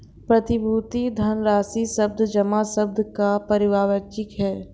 प्रतिभूति धनराशि शब्द जमा शब्द का पर्यायवाची है